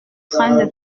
train